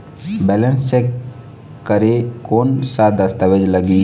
Balance check करें कोन सा दस्तावेज लगी?